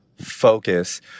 focus